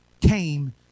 came